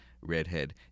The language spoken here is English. redhead